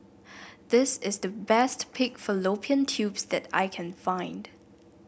this is the best Pig Fallopian Tubes that I can find